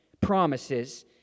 promises